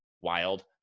wild